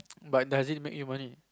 but does it make you money